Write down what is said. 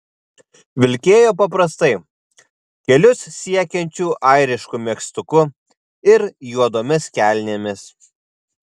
vilkėjo paprastai kelius siekiančiu airišku megztuku ir juodomis kelnėmis